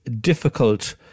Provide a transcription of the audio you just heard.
difficult